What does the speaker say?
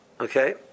Okay